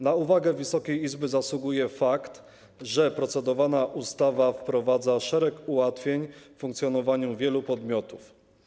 Na uwagę Wysokiej Izby zasługuje fakt, że procedowana ustawa wprowadza szereg ułatwień w funkcjonowaniu wielu podmiotów.